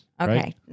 Okay